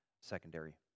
secondary